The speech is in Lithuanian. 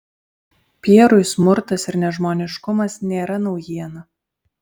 pierui smurtas ir nežmoniškumas nėra naujiena